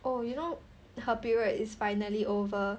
oh you know her period is finally over